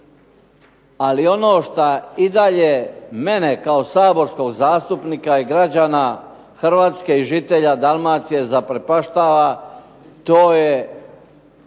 ali ono što i dalje mene kao saborskog zastupnika i građana Hrvatske i žitelja Dalmacije zaprepaštava to je